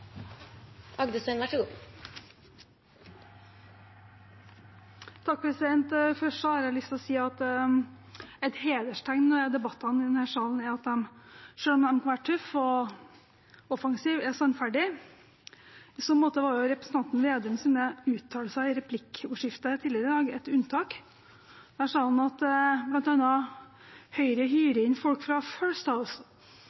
Først har jeg lyst til å si at et hederstegn ved debattene i denne salen er at de selv om de kan være tøffe og offensive, er sannferdige. I så måte var representanten Vedums uttalelser i replikkordskiftet tidligere i dag et unntak. Der sa han bl.a. at Høyre